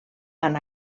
han